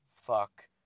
Fuck